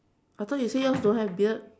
I thought you said yours don't have beard